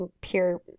pure